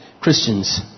Christians